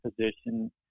position